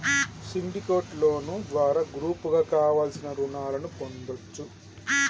syndicate loan ద్వారా గ్రూపుగా కావలసిన రుణాలను పొందొచ్చు